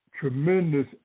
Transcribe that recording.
tremendous